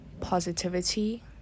Positivity